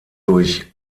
durch